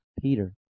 Peter